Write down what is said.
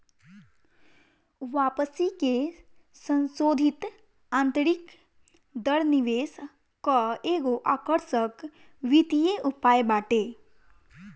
वापसी के संसोधित आतंरिक दर निवेश कअ एगो आकर्षक वित्तीय उपाय बाटे